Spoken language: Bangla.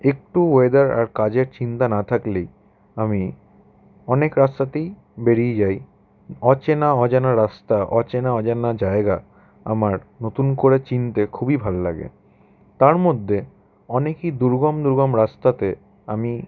একটু ওয়েদার আর কাজের চিন্তা না থাকলেই আমি অনেক রাস্তাতেই বেড়িয়ে যাই অচেনা অজানা রাস্তা অচেনা অজানা জায়গা আমার নতুন করে চিনতে খুবই ভাল লাগে তার মধ্যে অনেকই দুর্গম দুর্গম রাস্তাতে আমি